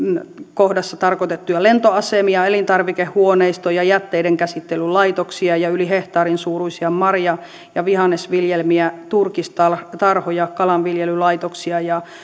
kohdassa tarkoitettuja lentoasemia elintarvikehuoneistoja jätteidenkäsittelylaitoksia ja yli hehtaarin suuruisia marja ja vihannesviljelmiä turkistarhoja kalanviljelylaitoksia ja